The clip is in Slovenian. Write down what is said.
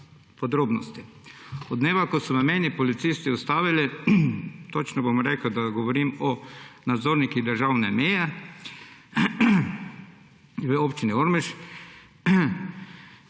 podrobnosti. Že od dneva, ko so mene policisti ustavili – točno bom rekel, da govorim o nadzornikih državne meje – v Občini Ormož,